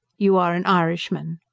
you are an irishman?